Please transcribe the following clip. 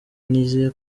nizeye